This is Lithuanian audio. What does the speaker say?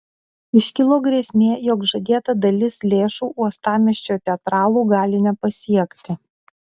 iškilo grėsmė jog žadėta dalis lėšų uostamiesčio teatralų gali nepasiekti